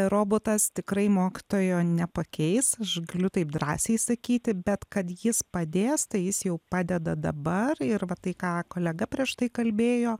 robotas tikrai mokytojo nepakeis aš galiu taip drąsiai sakyti bet kad jis padės tai jis jau padeda dabar ir va tai ką kolega prieš tai kalbėjo